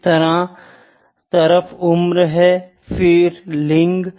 इस तरफ उम्र है फिर लिंग